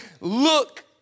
look